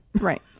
right